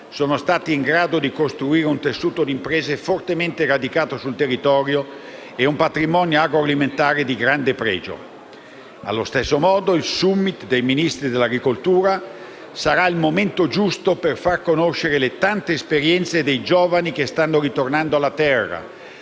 sono stati in grado di costruire un tessuto di imprese fortemente radicato sul territorio e un patrimonio agroalimentare di grande pregio. Allo stesso modo, il *summit* dei Ministri dell'agricoltura sarà il momento giusto per far conoscere le tante esperienze dei giovani che stanno ritornando alla terra,